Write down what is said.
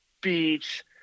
beach